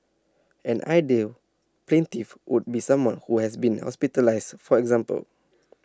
an ideal plaintiff would be someone who has been hospitalised for example